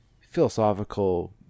philosophical